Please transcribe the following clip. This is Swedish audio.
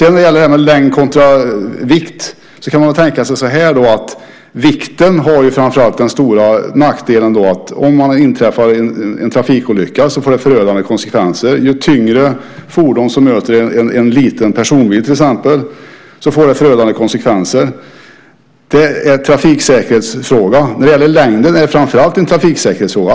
När det gäller längd kontra vikt kan man tänka att vikten har den stora nackdelen att om det inträffar en trafikolycka får det förödande konsekvenser. Ju tyngre fordon som möter en liten personbil till exempel, desto mer förödande konsekvenser får det. Det är en trafiksäkerhetsfråga. När det gäller längden är det framför allt en trafiksäkerhetsfråga.